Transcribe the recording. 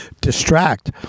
distract